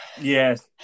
Yes